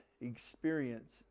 experience